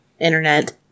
internet